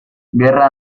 gerra